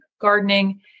gardening